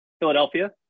Philadelphia